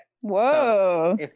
Whoa